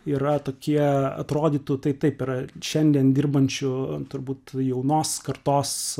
yra tokie atrodytų tai taip yra šiandien dirbančių turbūt jaunos kartos